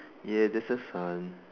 ya there's a sun